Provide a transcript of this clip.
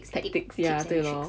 tactics ya 对 lor